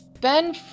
Ben